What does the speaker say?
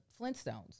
Flintstones